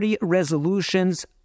resolutions